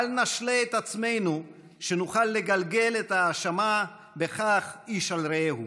בל נשלה את עצמנו שנוכל לגלגל את האשמה בכך איש על רעהו.